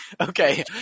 Okay